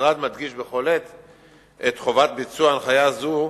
המשרד מדגיש בכל עת את חובת ביצוע הנחיה זו,